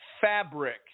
fabric